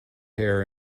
hair